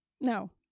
No